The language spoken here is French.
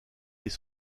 des